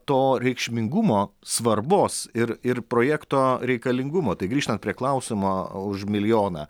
to reikšmingumo svarbos ir ir projekto reikalingumo tai grįžtant prie klausimo už milijoną